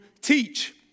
teach